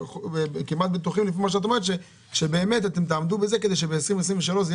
כמעט בטוחים שבאמת תעמדו בזה כדי שבשנת 2023 זה